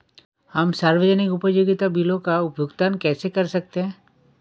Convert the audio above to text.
हम सार्वजनिक उपयोगिता बिलों का भुगतान कैसे कर सकते हैं?